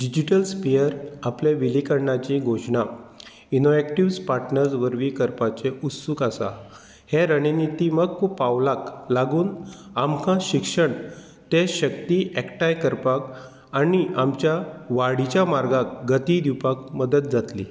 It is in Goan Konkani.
डिजीटल स्पियर आपले विलिकर्णाची घोशणां इनोवेक्टीव पार्टनर्स वरवीं करपाचें उत्सूक आसा हें रणनिथीमक पावलाक लागून आमकां शिक्षण तें शक्ती एकठांय करपाक आनी आमच्या वाडीच्या मार्गाक गती दिवपाक मदत जातली